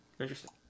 Interesting